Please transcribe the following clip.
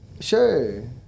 Sure